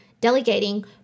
delegating